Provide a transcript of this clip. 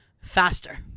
faster